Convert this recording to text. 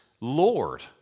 Lord